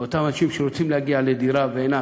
אל אותם אנשים שרוצים להגיע לדירה ואין,